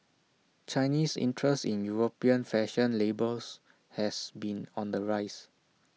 Chinese interest in european fashion labels has been on the rise